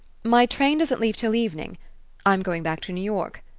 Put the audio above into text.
my train doesn't leave till evening i'm going back to new york.